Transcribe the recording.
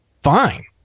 fine